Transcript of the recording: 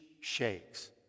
shakes